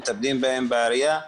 מטפלים בהם בעירייה,